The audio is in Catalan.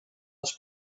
les